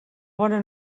bona